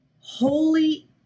holy